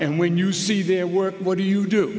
and when you see their work what do you do